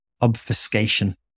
obfuscation